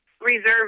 reserved